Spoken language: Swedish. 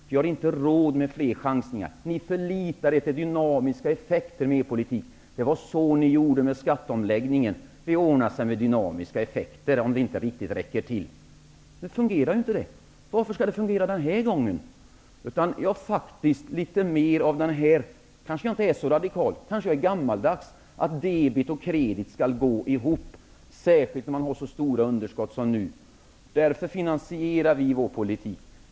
Vi har inte råd med flera chansningar. Ni förlitar er på dynamiska effekter med er politik. Så sade ni beträffande skatteomläggningen. Det skulle ordna sig med dynamiska effekter, om inte pengarna räckte till. Men det fungerade inte, och varför skulle det fungera denna gång? Jag kanske inte är så radikal. Jag kanske är gammaldags. Men jag tycker att debet och kredit skall gå ihop, särskilt när underskottet är så stort som det nu är. Därför finansierar vi vår politik.